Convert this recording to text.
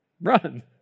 run